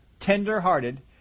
Tender-hearted